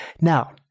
Now